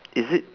is it